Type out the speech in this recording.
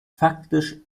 faktisch